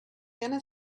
gonna